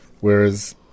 whereas